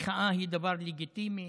ושמחאה היא דבר לגיטימי.